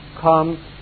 come